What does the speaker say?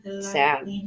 sad